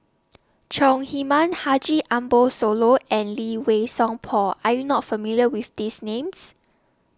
Chong Heman Haji Ambo Sooloh and Lee Wei Song Paul Are YOU not familiar with These Names